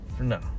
No